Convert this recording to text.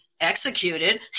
executed